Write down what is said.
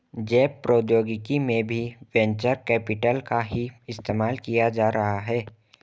जैव प्रौद्योगिकी में भी वेंचर कैपिटल का ही इस्तेमाल किया जा रहा है